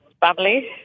family